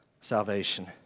salvation